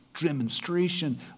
demonstration